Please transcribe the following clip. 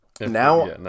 now